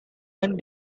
one